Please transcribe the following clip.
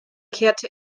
kehrte